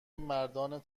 مردان